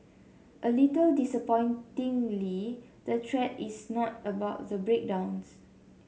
a little disappointingly the thread is not about the breakdowns